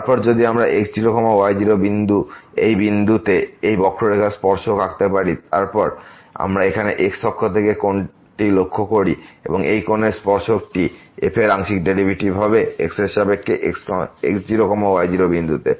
তারপর যদি আমরা x0y0 এই বিন্দুতে এই বক্ররেখার স্পর্শক আঁকতে পারি এবং তারপর আমরা এখানে x অক্ষ থেকে কোণটি লক্ষ্য করি এবং এই কোণের স্পর্শকটি f এর আংশিক ডেরিভেটিভ হবে x এর সাপেক্ষে x0 y0 বিন্দুতে